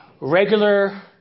regular